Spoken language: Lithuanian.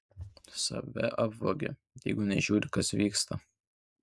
save apvagi jeigu neįžiūri kas vyksta